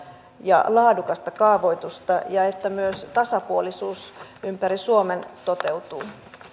ja laadukasta kaavoitusta ja jotta myös tasapuolisuus ympäri suomen toteutuu